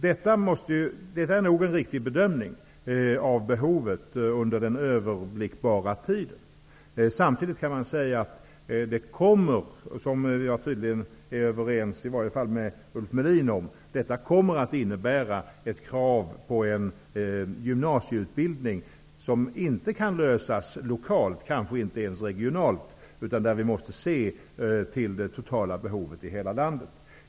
Detta är nog en riktig bedömning av behovet under den överblickbara tiden. Samtidigt kan man säga att detta kommer att innebära ett krav på en gymnasieutbildning, och det kan inte tillgodoses lokalt, kanske inte ens regionalt, utan vi måste se till det totala behovet i hela landet.